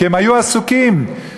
כי הם היו עסוקים בפגיעה,